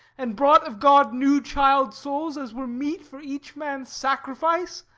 and bought of god new child souls, as were meet for each man's sacrifice,